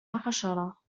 عشرة